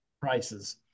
prices